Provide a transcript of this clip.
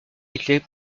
éclairé